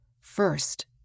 First